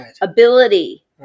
ability